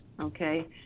Okay